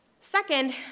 Second